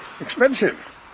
Expensive